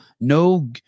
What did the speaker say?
no